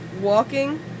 Walking